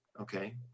okay